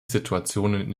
situationen